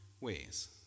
ways